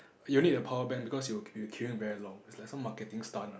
you'll need a power bank because you're you're queuing very long it's like some marketing stunt lah